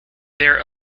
their